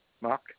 Mark